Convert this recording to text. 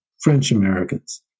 French-Americans